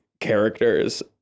Characters